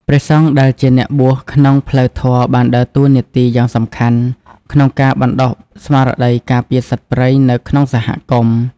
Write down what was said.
ព្រះសង្ឃដែលជាអ្នកបួសក្នុងផ្លូវធម៌បានដើរតួនាទីយ៉ាងសំខាន់ក្នុងការបណ្តុះស្មារតីការពារសត្វព្រៃនៅក្នុងសហគមន៍។